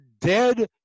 dead